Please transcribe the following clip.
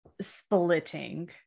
splitting